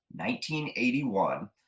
1981